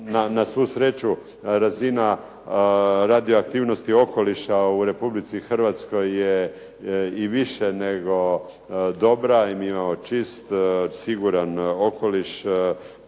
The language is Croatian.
na svu sreću razina radioaktivnosti okoliša u Republici Hrvatskoj je i više nego dobra i mi imamo čist siguran okoliš,